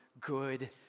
good